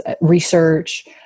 research